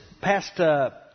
past